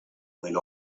when